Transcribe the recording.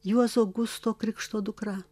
juozo gusto krikšto dukra